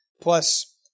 plus